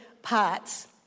parts